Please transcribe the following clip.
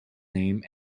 name